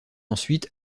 ensuite